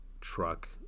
truck